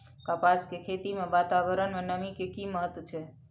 कपास के खेती मे वातावरण में नमी के की महत्व छै?